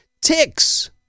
ticks